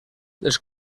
les